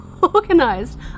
Organized